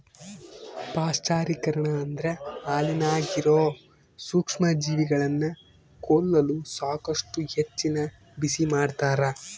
ಪಾಶ್ಚರೀಕರಣ ಅಂದ್ರ ಹಾಲಿನಾಗಿರೋ ಸೂಕ್ಷ್ಮಜೀವಿಗಳನ್ನ ಕೊಲ್ಲಲು ಸಾಕಷ್ಟು ಹೆಚ್ಚಿನ ಬಿಸಿಮಾಡ್ತಾರ